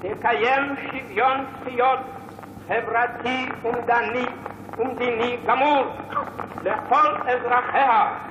תקיים שוויון זכויות חברתי ומדיני גמור לכל אזרחיה,